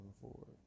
forward